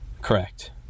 Correct